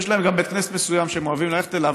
יש להם גם בית כנסת מסוים שהם אוהבים ללכת אליו,